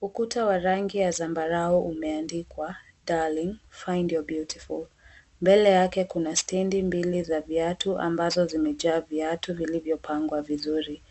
Ukuta wa rangi ya zambarau umeandikwa, Darling Find Your Beautiful. Mbele yake kuna stendi mbili za viatu ambazo zimejaa viatu vilivyopangwa vizuri.